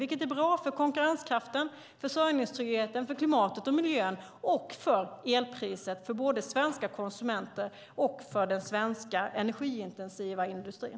Det är bra för konkurrenskraften, för försörjningstryggheten, för klimatet, för miljön och för elpriset, både för svenska konsumenter och för den svenska energiintensiva industrin.